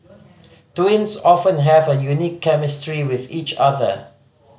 twins often have a unique chemistry with each other